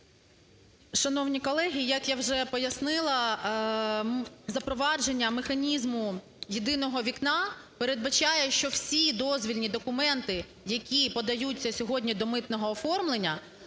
Шановні колеги, як я вже пояснила, запровадження механізму "єдиного вікна" передбачає, що всі дозвільні документи, які подаються сьогодні до митного оформлення